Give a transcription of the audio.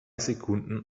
sekunden